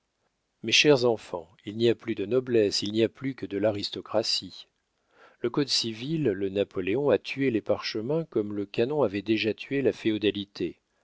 mes chers enfants il n'y a plus de noblesse il n'y a plus que de l'aristocratie le code civil de napoléon a tué les parchemins comme le canon avait déjà tué la féodalité